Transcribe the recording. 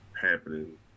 happening